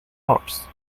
oars